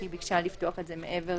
שביקשה לפתוח את זה מעבר